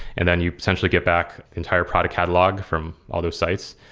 and then you essentially get back entire product catalog from all those sites.